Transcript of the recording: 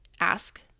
ask